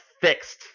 fixed